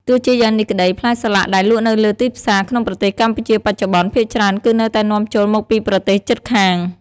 ទោះជាយ៉ាងនេះក្តី ផ្លែសាឡាក់ដែលលក់នៅលើទីផ្សារក្នុងប្រទេសកម្ពុជាបច្ចុប្បន្ន ភាគច្រើនគឺនៅតែនាំចូលមកពីប្រទេសជិតខាង ។